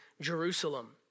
Jerusalem